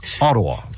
Ottawa